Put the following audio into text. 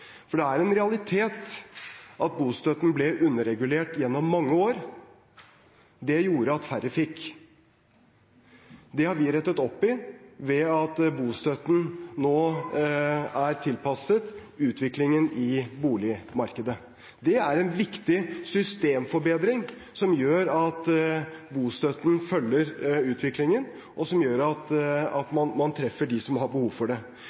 Det er en realitet at bostøtten ble underregulert gjennom mange år. Det gjorde at færre fikk. Det har vi rettet opp i ved at bostøtten nå er tilpasset utviklingen i boligmarkedet. Det er en viktig systemforbedring som gjør at bostøtten følger utviklingen, og som gjør at man treffer dem som har behov. Det